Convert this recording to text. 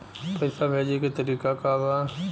पैसा भेजे के तरीका का बा?